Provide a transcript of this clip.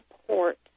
support